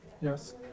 Yes